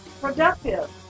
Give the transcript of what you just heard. productive